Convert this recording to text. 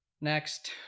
next